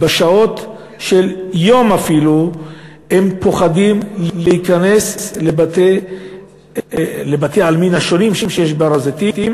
בשעות היום אפילו הם פוחדים להיכנס לבתי-העלמין השונים שיש בהר-הזיתים